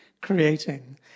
creating